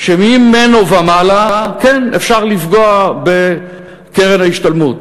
שממנו והלאה כן אפשר לפגוע בקרן ההשתלמות.